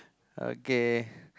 okay